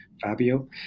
Fabio